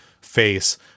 face –